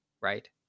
right